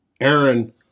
Aaron